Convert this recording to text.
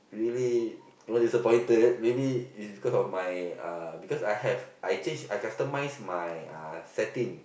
really was disappointed maybe it's because of my uh because I have I change I customize my uh setting